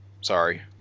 sorry